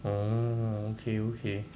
oh okay okay